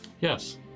yes